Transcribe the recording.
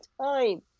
time